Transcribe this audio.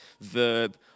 verb